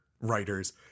writers